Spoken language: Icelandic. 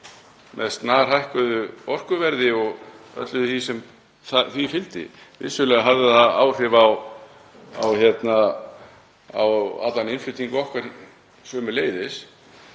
með snarhækkuðu orkuverði og öllu því sem því fylgdi. Vissulega hafði það áhrif á á allan innflutning okkar sömuleiðis.